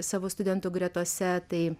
savo studentų gretose tai